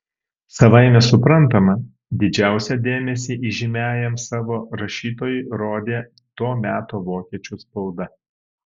savaime suprantama didžiausią dėmesį įžymiajam savo rašytojui rodė to meto vokiečių spauda